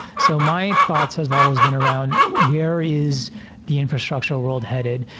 so my thoughts have always been around where is the infrastructure wor ld headed?